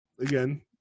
Again